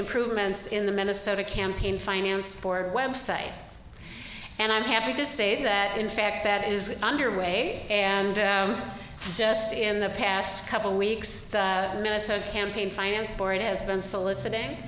improvements in the minnesota campaign finance for web site and i'm happy to say that in fact that is underway and just in the past couple weeks minnesota campaign finance for it has been soliciting